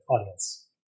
audience